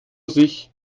sich